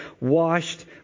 washed